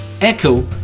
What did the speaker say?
Echo